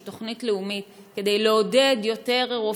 תוכנית לאומית כדי לעודד יותר רופאים,